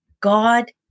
God